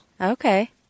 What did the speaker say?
Okay